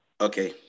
okay